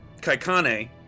Kaikane